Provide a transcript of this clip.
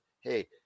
hey